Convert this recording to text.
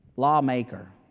lawmaker